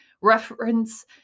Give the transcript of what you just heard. reference